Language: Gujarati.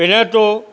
પહેલાં તો